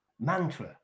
mantra